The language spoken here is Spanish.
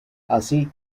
así